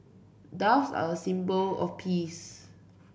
doves are a symbol of peace